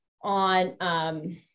on